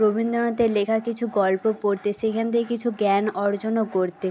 রবীন্দ্রনাথের লেখা কিছু গল্প পড়তে সেখান থেকে কিছু জ্ঞান অর্জনও করতে